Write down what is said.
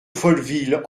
folleville